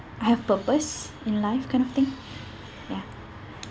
I have purpose in life kind of thing ya